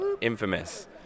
Infamous